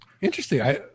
Interesting